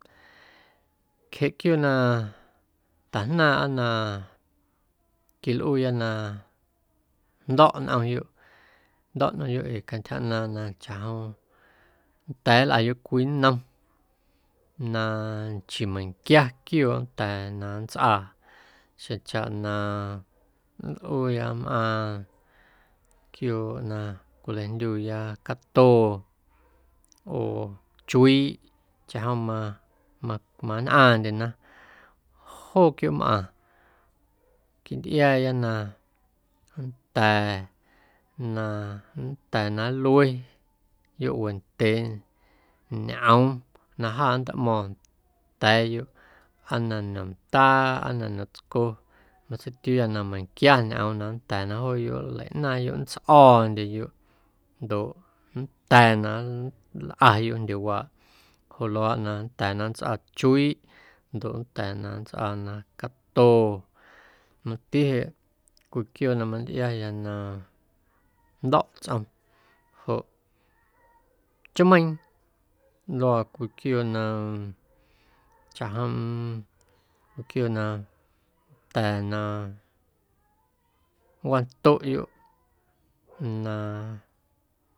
Jeꞌ quiooꞌ na tajnaaⁿꞌa na quilꞌuuyâ na jndo̱ꞌ nꞌomyoꞌ, jndo̱ꞌ nꞌomyoꞌ ee cantyja ꞌnaaⁿꞌ na chaꞌjom nnda̱a̱ nlꞌayoꞌ cwii nnom na nchii meiⁿnquia quiooꞌ nnda̱a̱ na nntsꞌaa xjeⁿchaꞌ na nlꞌuuya mꞌaaⁿ quiooꞌ na cwilajndyuuya catoo oo chuiiꞌ chaꞌjom ma ma manꞌaaⁿndyena joo quiooꞌmꞌaⁿ quintꞌiaaya na nnda̱a̱, na nnda̱a̱ na nlue yoꞌ wendyee ñꞌoom na jaa ntꞌmo̱o̱ⁿya nda̱a̱yoꞌ aa na ñomndaa aa na ñomtsco matseitiuuya na meiⁿnquia ñꞌoom na nnda̱a̱ na jooyoꞌ nleiꞌnaaⁿyoꞌ nntsꞌo̱o̱ndyeyoꞌ ndoꞌ nnda̱a̱ na nlꞌayoꞌ jndyewaaꞌ joꞌ luaaꞌ na nnda̱a̱ na nntsꞌaa chuiiꞌ ndoꞌ nnda̱a̱ na nntsꞌaa na catoo mati jeꞌ cwii quiooꞌ na mantꞌiaya na jndo̱ꞌ tsꞌom joꞌ chmeiiⁿ luaa cwii quiooꞌ na chaꞌjom cwii quiooꞌ na nnda̱a̱ na nncwandoꞌyoꞌ na.